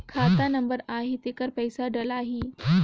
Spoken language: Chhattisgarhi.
खाता नंबर आही तेकर पइसा डलहीओ?